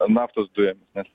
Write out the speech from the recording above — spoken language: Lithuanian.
naftos dujom nes